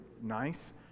nice